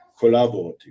collaborative